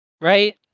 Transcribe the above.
right